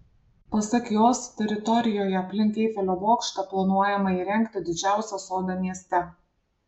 pasak jos teritorijoje aplink eifelio bokštą planuojama įrengti didžiausią sodą mieste